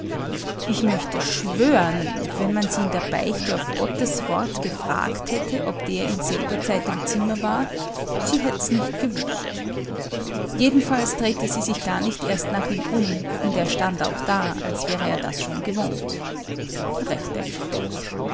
ich möchte schwören wenn man sie in der beichte auf gottes wort gefragt hätte ob der in selber zeit im zimmer war sie hätt's nicht gewußt jedenfalls drehte sie sich gar nicht erst nach ihm um und er stand auch da als wäre er das schon gewohnt recht ein depp